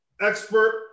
Expert